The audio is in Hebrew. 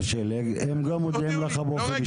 גם הם מודיעים לך באופן אישי.